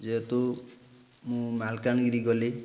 ଯେହେତୁ ମୁଁ ମାଲକାନଗିରି ଗଲି